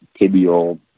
tibial